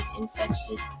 infectious